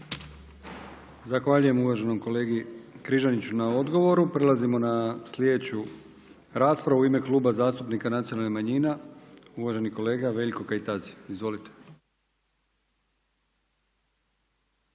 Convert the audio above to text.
Zahvaljujem uvaženom kolegi Kajtaziju na odgovoru. Prelazimo na slijedeću raspravu u ime Kluba zastupnika nezavisnih i HSU-a, uvažena kolegica Anka Mrak-Taritaš. Izvolite.